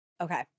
Okay